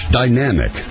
dynamic